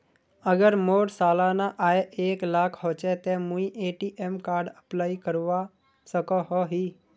अगर मोर सालाना आय एक लाख होचे ते मुई ए.टी.एम कार्ड अप्लाई करवा सकोहो ही?